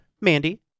Mandy